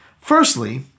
Firstly